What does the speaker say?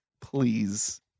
please